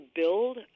build